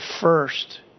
first